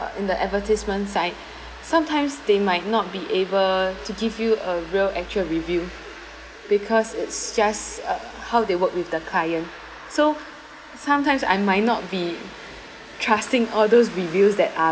in the advertisement side sometimes they might not be able to give you a real actual review because it's just uh how they work with the client so sometimes I might not be trusting all those reviews that are